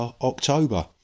october